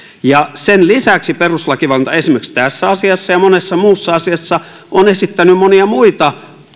sen lisäksi perustuslakivaliokunta esimerkiksi tässä asiassa ja monessa muussa asiassa on esittänyt monia muita